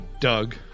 Doug